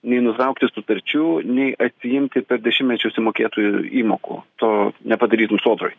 nei nutraukti sutarčių nei atsiimti per dešimtmečius įmokėtų įmokų to nepadarytų sodroj